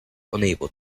unable